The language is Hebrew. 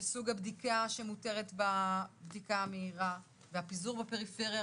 וסוג הבדיקה שמותרת בבדיקה המהירה והפיזור בפריפריה,